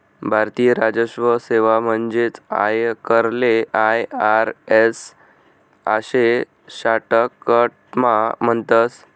भारतीय राजस्व सेवा म्हणजेच आयकरले आय.आर.एस आशे शाटकटमा म्हणतस